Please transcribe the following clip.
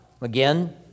Again